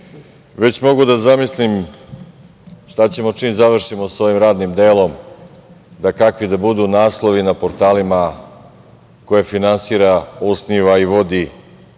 već mogu da zamislim šta će, čim završimo sa ovim radnim delom, i kakvi će biti naslovi na portalima koje finansira, osniva i vodi